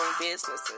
businesses